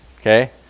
Okay